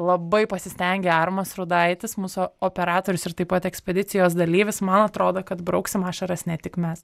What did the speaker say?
labai pasistengė armas rudaitis mūsų operatorius ir taip pat ekspedicijos dalyvis man atrodo kad brauksim ašaras ne tik mes